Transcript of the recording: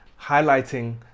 highlighting